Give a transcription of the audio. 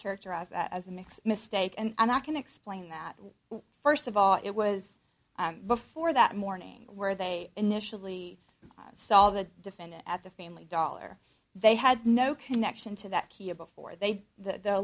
characterize as a mix mistake and i can explain that first of all it was before that morning where they initially saw the defendant at the family dollar they had no connection to that here before they the